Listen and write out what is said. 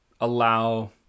allow